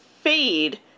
fade